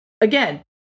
again